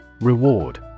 Reward